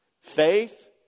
Faith